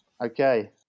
okay